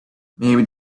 maybe